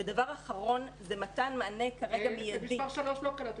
ודבר אחרון מתן מענה מידי -- את מספר שלוש לא קלטתי.